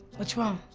what's wrong?